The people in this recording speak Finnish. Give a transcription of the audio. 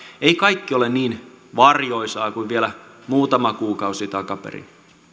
ei kaikki ole niin varjoisaa kuin vielä muutama kuukausi takaperin